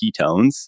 ketones